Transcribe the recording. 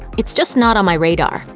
it's just not on my radar.